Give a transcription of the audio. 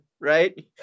right